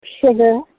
Sugar